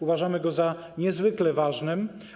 Uważamy go za niezwykle ważny.